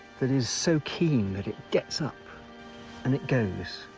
that is so keen that it gets up and it goes.